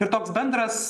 ir toks bendras